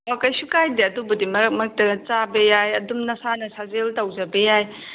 ꯑꯣ ꯀꯩꯁꯨ ꯀꯥꯏꯗꯦ ꯑꯗꯨꯕꯨꯗꯤ ꯃꯔꯛ ꯃꯔꯛꯇ ꯆꯥꯕ ꯌꯥꯏ ꯑꯗꯨꯝ ꯅꯁꯥꯅ ꯁꯥꯖꯦꯟ ꯇꯧꯖꯕ ꯌꯥꯏ